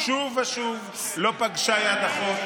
לא פגשה יד אחות.